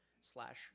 slash